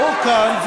והוא כאן,